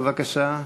בבקשה.